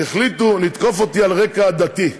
החליטו לתקוף אותי על רקע עדתי.